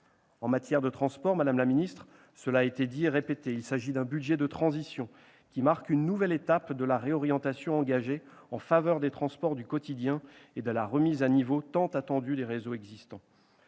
En matière de transports, cela a été dit et répété, madame la ministre, il s'agit d'un budget de transition qui marque une nouvelle étape de la réorientation engagée en faveur des transports du quotidien et de la remise à niveau, tant attendue, des réseaux existants.